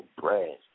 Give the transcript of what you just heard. bread